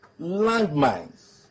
landmines